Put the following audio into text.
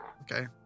Okay